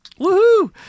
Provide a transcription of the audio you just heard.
woohoo